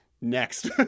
next